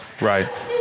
Right